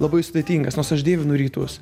labai sudėtingas nors aš dievinu rytus